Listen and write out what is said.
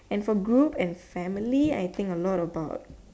and for group and family I think a lot about